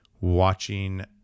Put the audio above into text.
watching